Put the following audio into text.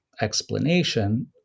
explanation